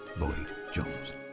Lloyd-Jones